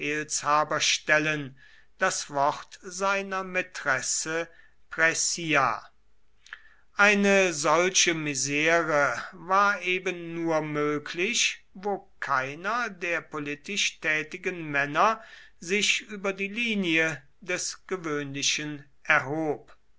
befehlshaberstellen das wort seiner mätresse praecia eine solche misere war eben nur möglich wo keiner der politisch tätigen männer sich über die linie des gewöhnlichen erhob